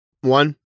one